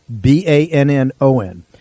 B-A-N-N-O-N